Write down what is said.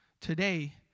Today